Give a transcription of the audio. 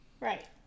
Right